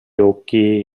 occhi